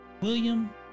William